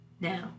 now